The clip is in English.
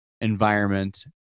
environment